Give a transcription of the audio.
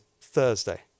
Thursday